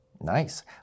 Nice